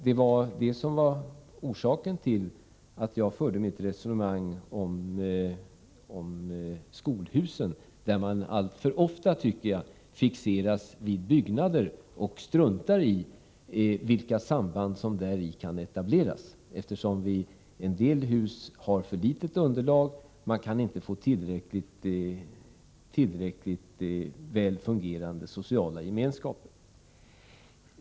Detta var orsaken till att jag förde mitt resonemang om skolhusen, där man alltför ofta, tycker jag, fixeras vid byggnader och struntar i vilka samband som däri kan etableras, eftersom en del hus har för litet underlag — man kan inte få tillräckligt väl fungerande sociala gemenskaper.